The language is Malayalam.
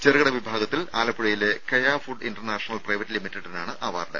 ചെറുകിട വിഭാഗത്തിൽ ആലപ്പുഴയിലെ കെയാ ഫുഡ് ഇന്റർനാഷണൽ പ്രൈവറ്റ് ലിമിറ്റഡിനാണ് അവാർഡ്